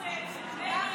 אדוני.